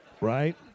Right